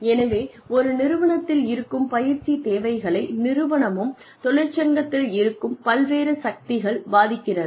எனவே ஒரு நிறுவனத்தில் இருக்கும் பயிற்சி தேவைகளை நிறுவனமும் தொழிற்சங்கத்தில் இருக்கும் பல்வேறு சக்திகள் பாதிக்கிறது